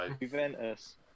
Juventus